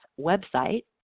website